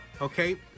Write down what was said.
okay